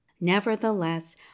Nevertheless